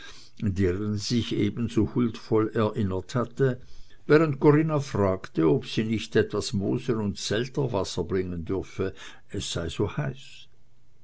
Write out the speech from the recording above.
sie sich eben so huldvoll erinnert hatte während corinna fragte ob sie nicht etwas mosel und selterwasser bringen dürfe es sei so heiß